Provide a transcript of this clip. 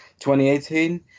2018